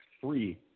three